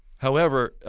however,